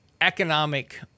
economic